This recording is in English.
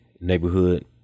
neighborhood